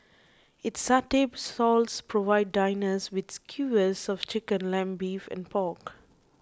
its satay stalls provide diners with skewers of chicken lamb beef and pork